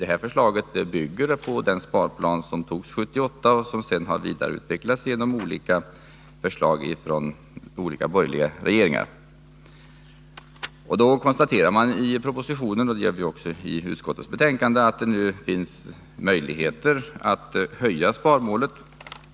Det här förslaget bygger på den sparplan som antogs 1978 och som sedan har vidareutvecklats genom förslag från olika borgerliga regeringar. I propositionen konstateras, liksom i utskottsbetänkandet, att det nu finns möjligheter att höja sparmålet.